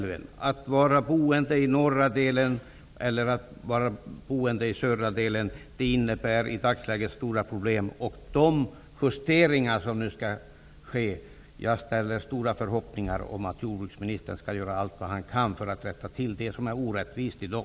Skillnaden mellan att vara boende i norra delen eller att vara boende i södra delen innebär i dagsläget stora problem. Beträffande de justeringar som nu skall göras ställer jag stora förhoppningar på att jordbruksministern skall göra allt han kan för att rätta till det som är orättvist i dag.